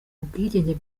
ubwigenge